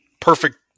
perfect